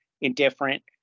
indifferent